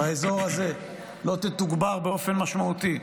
באזור הזה לא תתוגבר באופן משמעותי,